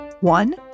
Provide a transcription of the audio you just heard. One